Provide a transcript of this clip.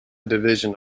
division